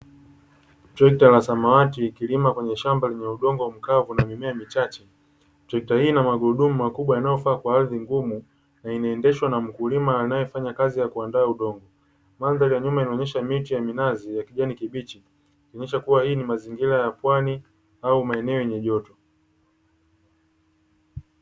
Trekta la samawati likilima kwenye shamba lenye udongo mkavu na mimea michache, trekta hili lina maguludumu makubwa yanayofaa kwa ardhi ngumu, linaendeshwa na mkulima anayefanya kazi ya kuanda udongo, mandhari ya nyuma inaonesha miti ya minazi na ya kijani kibichi inaonesha kuwa hii ni mazingira ya pwani au maeneo yenye joto.